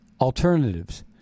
alternatives